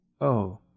Oh